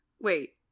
wait